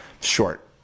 short